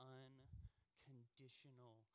unconditional